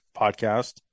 podcast